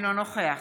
אינו נוכח